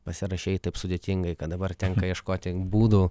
pasirašei taip sudėtingai kad dabar tenka ieškoti būdų